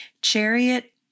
Chariot